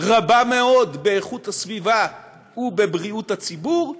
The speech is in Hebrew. רבה מאוד באיכות הסביבה ובבריאות הציבור,